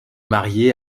marié